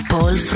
Paul